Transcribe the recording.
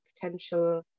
potential